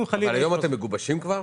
היום אתם מגובשים כבר?